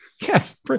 Yes